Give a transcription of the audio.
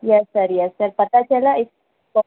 یس sir yes sir پتہ چلا